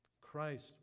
Christ